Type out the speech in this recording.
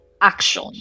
action